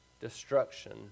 destruction